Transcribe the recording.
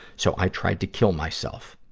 so i tried to kill myself.